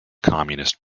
communist